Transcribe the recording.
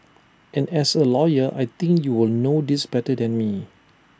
and as A lawyer I think you will know this better than me